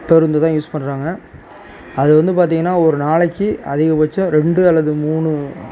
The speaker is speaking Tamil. பேருந்தை தான் யூஸ் பண்ணுறாங்க அது வந்து பார்த்திங்கன்னா ஒரு நாளைக்கு அதிகபட்சம் ரெண்டு அல்லது மூணு